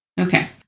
Okay